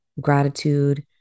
gratitude